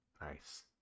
Nice